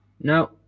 No